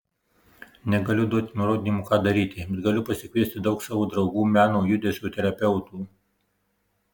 negaliu duoti nurodymų ką daryti bet galiu pasikviesti daug savo draugų meno judesio terapeutų